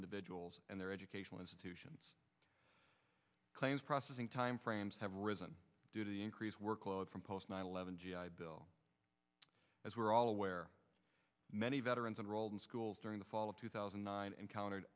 individuals and their educational institutions claims processing time frames have risen due to the increased workload from post nine eleven g i bill as we're all aware many veterans and or old school during the fall of two thousand and nine and countered